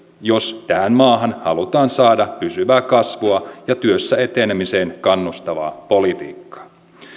jos tähän maahan halutaan saada pysyvää kasvua ja työssä etenemiseen kannustavaa politiikkaa